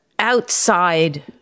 outside